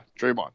Draymond